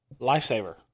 Lifesaver